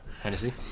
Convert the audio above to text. Hennessy